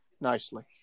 nicely